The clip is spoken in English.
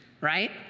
Right